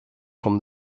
from